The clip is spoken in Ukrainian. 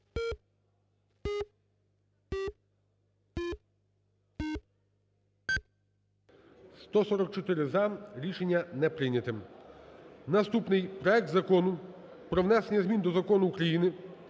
За-144 Рішення не прийнято. Наступний: проект Закону про внесення змін до Закону України